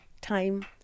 time